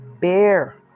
bear